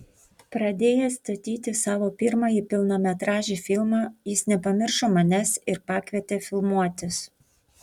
pradėjęs statyti savo pirmąjį pilnametražį filmą jis nepamiršo manęs ir pakvietė filmuotis